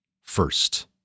first